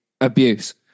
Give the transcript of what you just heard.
abuse